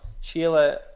Sheila